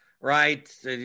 right